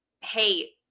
hey